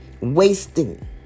wasting